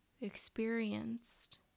experienced